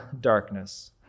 darkness